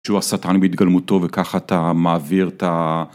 שהוא השטן בהתגלמותו וככה אתה מעביר את ה...